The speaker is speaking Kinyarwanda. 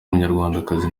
umunyarwandakazi